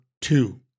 two